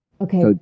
okay